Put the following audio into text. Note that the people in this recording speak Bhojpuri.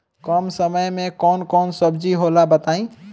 कम समय में कौन कौन सब्जी होला बताई?